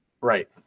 Right